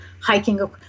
hiking